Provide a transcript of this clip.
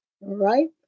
right